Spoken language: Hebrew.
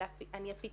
אלה רק שיתופי פעולה.